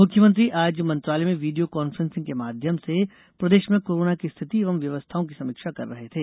मुख्यमंत्री आज मंत्रालय में वीडियो कॉन्फ्रेंसिंग के माध्यम से प्रदेश में कोरोना की स्थिति एवं व्यवस्थाओं की समीक्षा कर रहे थे